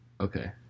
okay